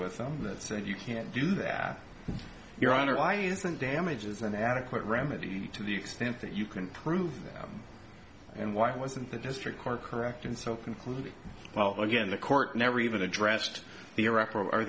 with them that said you can't do that your honor why isn't damages an adequate remedy to the extent that you can prove that and why wasn't the district court correct and so conclude well again the court never even addressed